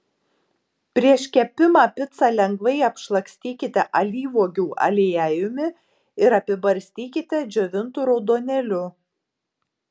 prieš kepimą picą lengvai apšlakstykite alyvuogių aliejumi ir apibarstykite džiovintu raudonėliu